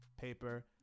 paper